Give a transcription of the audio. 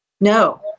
No